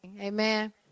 Amen